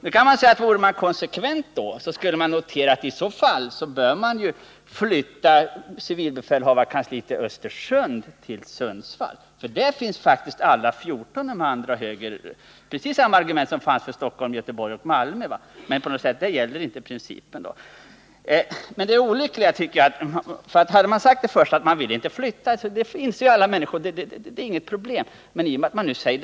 Men för att vara konsekvent skulle man i så fall ha noterat att civilbefälhavarkansliet i Östersund skulle flyttas till Sundsvall, där de 14 högre regionala civila funktionerna finns. Samma argument gäller för Sundsvall som för Stockholm, Göteborg och Malmö men inte om den verkliga bevekelsegrunden bara är konservatism. Hade man från första början sagt att man inte ville flytta, hade ju alla insett att det inte var något problem.